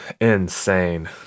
insane